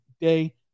day